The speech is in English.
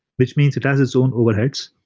which means it has its own overheads.